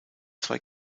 zwei